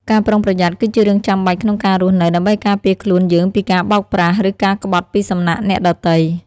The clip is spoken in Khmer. ការប្រុងប្រយ័ត្នគឺជារឿងចាំបាច់ក្នុងការរស់នៅ ដើម្បីការពារខ្លួនយើងពីការបោកប្រាស់ ឬការក្បត់ពីសំណាក់អ្នកដទៃ។